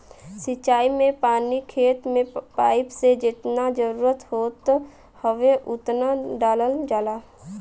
सिंचाई में पानी खेत में पाइप से जेतना जरुरत होत हउवे ओतना डालल जाला